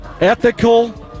ethical